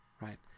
right